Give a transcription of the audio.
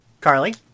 Carly